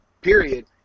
period